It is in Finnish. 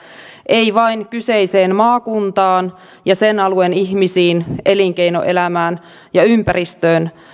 ei vain kyseiseen maakuntaan ja sen alueen ihmisiin elinkeinoelämään ja ympäristöön